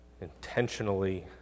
intentionally